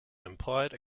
implied